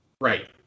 Right